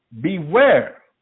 Beware